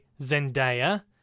Zendaya